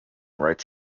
rights